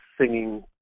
singing